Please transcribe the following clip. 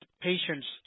patients